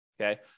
Okay